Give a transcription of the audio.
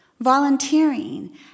volunteering